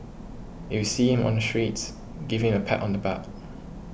if you see him on the streets give him a pat on the back